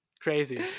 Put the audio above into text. Crazy